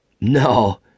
No